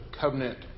covenant